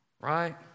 Right